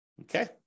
Okay